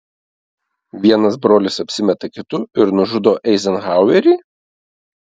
vienas brolis apsimeta kitu ir nužudo eizenhauerį